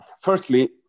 firstly